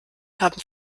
haben